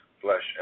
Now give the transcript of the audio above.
flesh